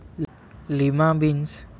lima beans वजनाची समस्या देखील सोडवते